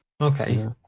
Okay